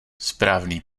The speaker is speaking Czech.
správný